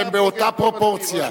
אותה פרופורציה,